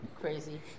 crazy